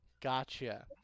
Gotcha